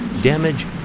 damage